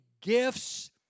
gifts